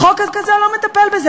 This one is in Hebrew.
החוק הזה לא מטפל בזה,